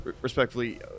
respectfully